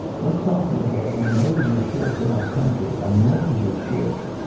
we're talking about a major shift in our country, a major shift.